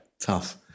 Tough